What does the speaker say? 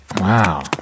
Wow